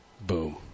Boom